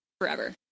forever